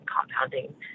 compounding